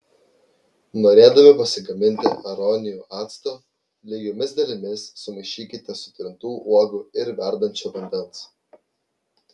norėdami pasigaminti aronijų acto lygiomis dalimis sumaišykite sutrintų uogų ir verdančio vandens